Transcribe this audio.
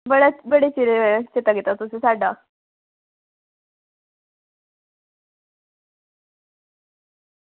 बड़े चिरें तुसें चेता कीता साढ़ा